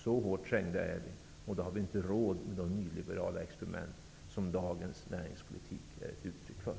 Så hårt trängda är vi, och då har vi inte råd med de nyliberala experiment som dagens näringspolitik är ett uttryck för.